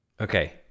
Okay